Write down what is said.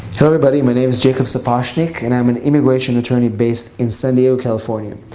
hello everybody. my name is jacob sapochnick and i'm an immigration attorney based in san diego, california.